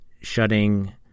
shutting